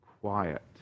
quiet